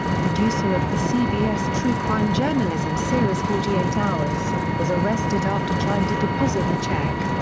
a producer of the cbs true crime journalism series forty eight hours, was arrested after trying to deposit the check.